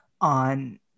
on